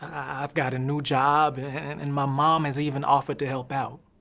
i've got a new job and my mom has even offered to help out.